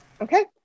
Okay